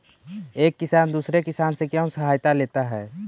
एक किसान दूसरे किसान से क्यों सहायता लेता है?